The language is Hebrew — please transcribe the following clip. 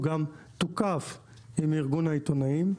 הוא גם תוקף עם ארגון העיתונאים.